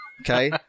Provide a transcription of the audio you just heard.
Okay